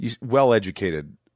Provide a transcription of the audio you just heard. well-educated